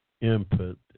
input